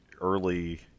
early